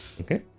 Okay